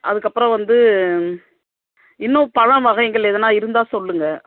அதுக்கப்புறம் வந்து இன்னும் பழ வகைகள் எதனால் இருந்தால் சொல்லுங்கள்